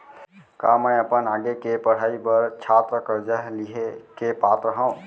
का मै अपन आगे के पढ़ाई बर छात्र कर्जा लिहे के पात्र हव?